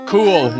Cool